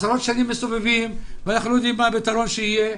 עשרות שנים מסתובבים ואנחנו לא יודעים מה הפתרון שיהיה.